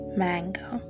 mango